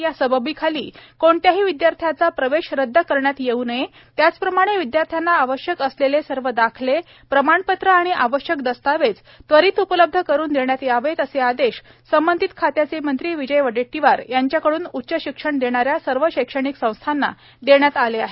या सबबीखाली कोणत्याही विदयार्थ्याचे प्रवेश रद्द करण्यात येऊ नये त्याचप्रमाणे विद्यार्थ्याना आवश्यक असलेले सर्व दाखले प्रमाणपत्र आणि आवश्यक दस्तावेज त्वरित उपलब्ध करून देण्यात यावेत असे आदेश संबंधित खात्याचे मंत्री विजय वडेट्टीवार यांच्याकडून उच्च शिक्षण देणाऱ्या सर्व शैक्षणिक संस्थाना देण्यात आले आहेत